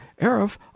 Arif